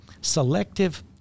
selective